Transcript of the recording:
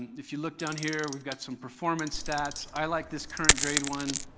if you look down here, we've got some performance stats. i like this current grade one.